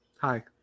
Hi